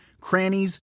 crannies